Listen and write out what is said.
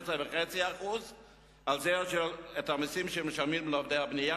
16.5%. על זה מתווספים המסים שמשלמים לעובדי הבנייה,